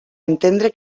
entendre